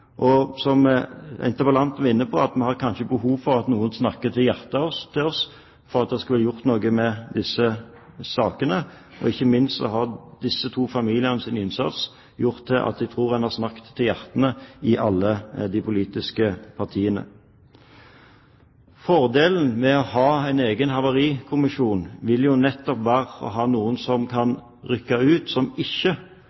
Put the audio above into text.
Som interpellanten var inne på, har vi kanskje behov for at noen snakker til hjertet i oss for at en skal få gjort noe med disse sakene, og ikke minst har disse to familienes innsats gjort at jeg tror en har snakket til hjertet i alle i de politiske partiene. Fordelen med å ha en egen havarikommisjon vil nettopp være å ha noen som